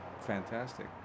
fantastic